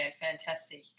fantastic